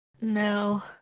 No